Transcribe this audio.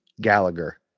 Gallagher